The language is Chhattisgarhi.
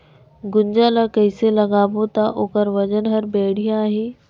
गुनजा ला कइसे लगाबो ता ओकर वजन हर बेडिया आही?